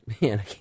Man